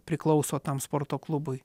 priklauso tam sporto klubui